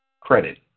credit